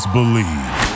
Believe